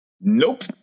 nope